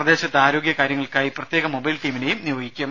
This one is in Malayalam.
പ്രദേശത്തെ ആരോഗ്യ കാര്യങ്ങൾക്കായി പ്രത്യേക മൊബൈൽ ടീമിനെയും നിയോഗിക്കും